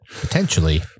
Potentially